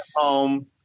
home